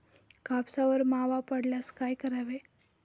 कापसावर मावा पडल्यास काय करावे?